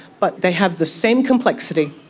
but they have the same complexity.